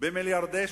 במיליארדי שקלים,